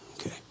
Okay